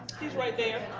he's right there.